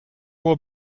will